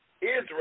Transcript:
Israel